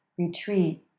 retreat